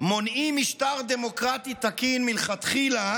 מונעים משטר דמוקרטי תקין מלכתחילה,